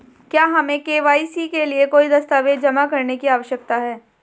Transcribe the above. क्या हमें के.वाई.सी के लिए कोई दस्तावेज़ जमा करने की आवश्यकता है?